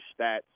stats